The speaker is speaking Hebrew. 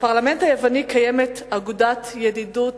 בפרלמנט היווני קיימת אגודת ידידות